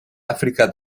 áfrica